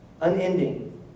unending